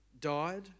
died